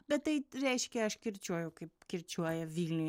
bet tai reiškia aš kirčiuoju kaip kirčiuoja vilniuje